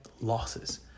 losses